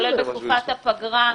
כולל בתקופת הפגרה.